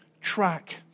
track